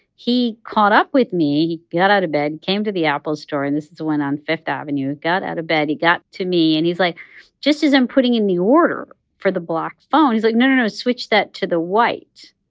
he caught up with me. he got out of bed, came to the apple store and this is the one on fifth avenue got out of bed, he got to me, and he's like just as i'm putting in the order for the black phone, he's like, no, no, switch that to the white.